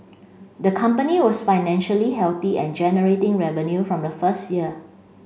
the company was financially healthy and generating revenue from the first year